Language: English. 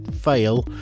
fail